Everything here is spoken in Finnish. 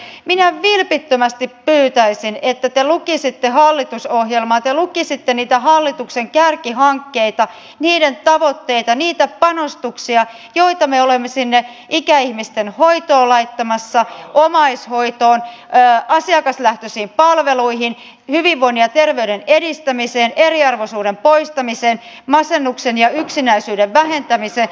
minä vilpittömästi pyytäisin että te lukisitte hallitusohjelmaa te lukisitte niitä hallituksen kärkihankkeita niiden tavoitteita niitä panostuksia joita me olemme sinne ikäihmisten hoitoon laittamassa omaishoitoon asiakaslähtöisiin palveluihin hyvinvoinnin ja terveyden edistämiseen eriarvoisuuden poistamiseen masennuksen ja yksinäisyyden vähentämiseen